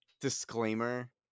disclaimer